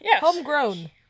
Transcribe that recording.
Homegrown